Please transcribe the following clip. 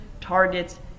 targets